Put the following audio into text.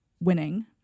winning